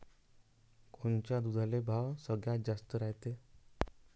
कोनच्या दुधाले भाव सगळ्यात जास्त रायते?